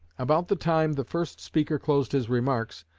about the time the first speaker closed his remarks,